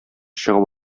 чыгып